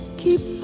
keep